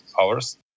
hours